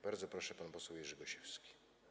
Bardzo proszę, pan poseł Jerzy Gosiewski.